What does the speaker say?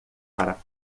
para